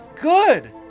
good